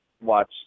watch